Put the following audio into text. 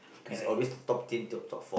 is always top ten to top four